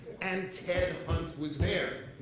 and ted hunt was there.